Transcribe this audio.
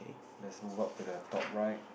let's move up to the top right